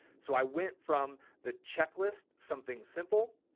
so i went from the checklist, something simple.